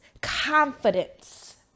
confidence